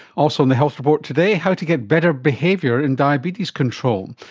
also on the health report today, how to get better behaviour in diabetes control.